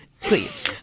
please